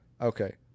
Okay